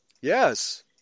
Yes